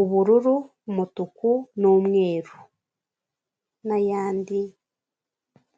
ubururu, umutuku, n'umweru nayandi.